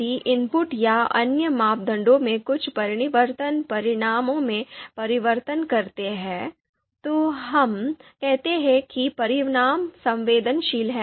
यदि इनपुट या अन्य मापदंडों में कुछ परिवर्तन परिणामों में परिवर्तन करते हैं तो हम कहते हैं कि परिणाम संवेदनशील हैं